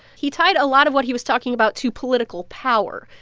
he tied a lot of what he was talking about to political power.